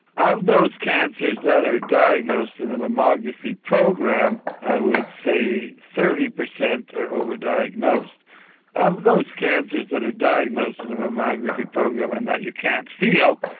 out of those cancers that are diagnosed in a mammography program i would say thirty percent are over-diagnosed. out of those cancers that are diagnosed in a mammography program and that you can't feel,